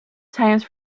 times